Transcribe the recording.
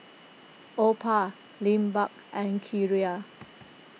Opha Lindbergh and Kiera